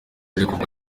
irekurwa